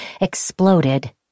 exploded